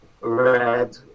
red